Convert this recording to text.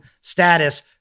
status